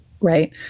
right